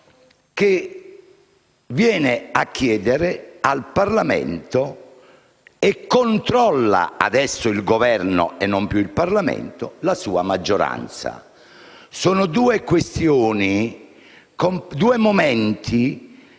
che viene a chiedere al Parlamento e controlla (adesso il Governo e non più il Parlamento) la sua maggioranza. Sono due questioni, due momenti,